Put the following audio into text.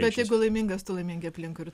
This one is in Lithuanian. bet jeigu laimingas tu laimingi aplinkui ir